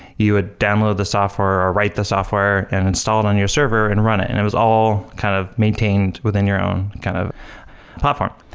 you would ah download the software or write the software and install it on your server and run it and it was all kind of maintained within your own kind of platform.